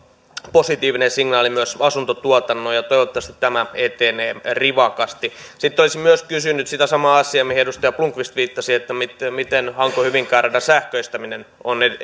positiivinen signaali myös asuntotuotannolle toivottavasti tämä etenee rivakasti sitten olisin myös kysynyt sitä samaa asiaa mihin edustaja blomqvist viittasi että miten hanko hyvinkää radan sähköistäminen on